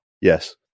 Yes